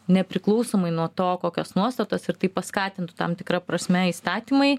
nepriklausomai nuo to kokios nuostatos ir tai paskatintų tam tikra prasme įstatymai